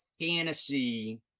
fantasy